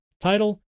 title